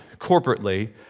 corporately